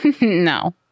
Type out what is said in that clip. No